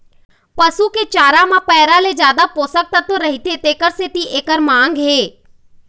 पसू के चारा म पैरा ले जादा पोषक तत्व रहिथे तेखर सेती एखर मांग हे